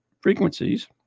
frequencies